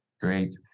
Great